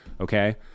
Okay